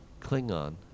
Klingon